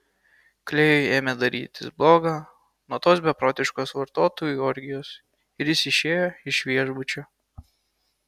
klėjui ėmė darytis bloga nuo tos beprotiškos vartotojų orgijos ir jis išėjo iš viešbučio